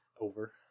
over